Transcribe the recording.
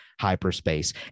hyperspace